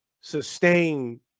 sustain